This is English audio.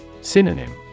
Synonym